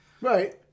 Right